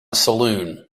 saloon